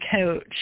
coach